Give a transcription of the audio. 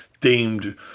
deemed